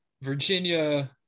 Virginia